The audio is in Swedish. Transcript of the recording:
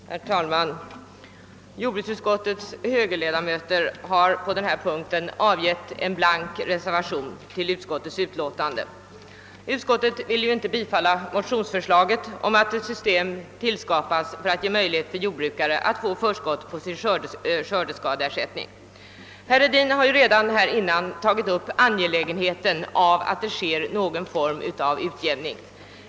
Herr talman! Jordbruksutskottets högerledamöter har på denna punkt avgivit en blank reservation till utlåtandet. Utskottet vill inte bifalla motionsförslaget att skapa ett system som skulle ge jordbrukare möjlighet att få förskott på sin skördeskadeersättning. Herr Hedin har redan framhållit angelägenheten av att någon form av utjämning kommer till stånd.